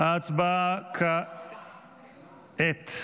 הצבעה כעת.